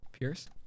Pierce